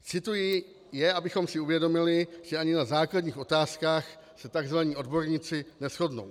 Cituji je, abychom si uvědomili, že ani na základních otázkách se tzv. odborníci neshodnou.